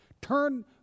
Turn